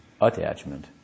attachment